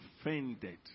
offended